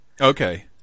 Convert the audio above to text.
Okay